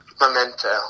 Memento